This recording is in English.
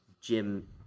Jim